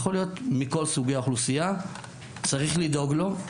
יכול להיות מכל סוגי האוכלוסייה, צריך לדאוג לו.